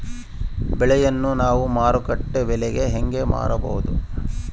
ಬೆಳೆಯನ್ನ ನಾವು ಮಾರುಕಟ್ಟೆ ಬೆಲೆಗೆ ಹೆಂಗೆ ಮಾರಬಹುದು?